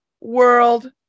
world